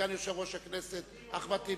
סגן יושב-ראש הכנסת אחמד טיבי.